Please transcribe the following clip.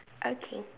okay